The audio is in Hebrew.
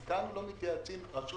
כאן רשות